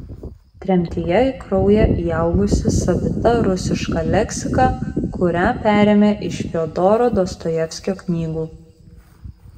tremtyje į kraują įaugusi savita rusiška leksika kurią perėmė iš fiodoro dostojevskio knygų